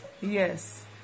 Yes